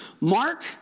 Mark